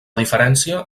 diferència